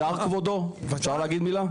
אפשר כבודו, אפשר להגיד מילה?